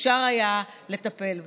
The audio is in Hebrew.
אפשר היה לטפל בזה.